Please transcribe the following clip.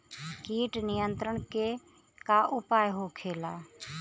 कीट नियंत्रण के का उपाय होखेला?